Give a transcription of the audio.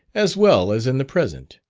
as well as in the present.